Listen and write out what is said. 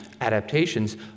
adaptations